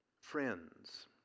friends